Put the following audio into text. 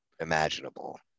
imaginable